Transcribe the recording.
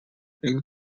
for